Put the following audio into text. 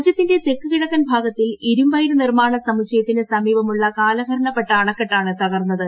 രാജ്യത്തിന്റെ തെക്കുകിഴക്കൻ ഭാഗത്തിൽ ഇരുമ്പയിര് നിർമ്മാണ സമുച്ചയത്തിന് സമീപമുള്ള കാലഹരണപ്പെട്ട അണക്കെട്ടാണ് തകർന്നത്